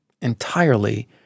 entirely